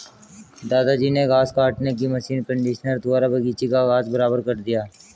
दादाजी ने घास काटने की मशीन कंडीशनर द्वारा बगीची का घास बराबर कर दिया